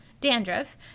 dandruff